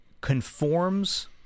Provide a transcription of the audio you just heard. conforms